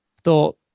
thought